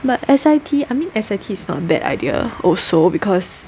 but S_I_T I mean S_I_T is not bad idea also because